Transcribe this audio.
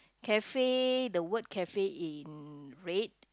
cafe the word cafe in red